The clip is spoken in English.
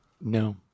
No